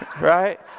Right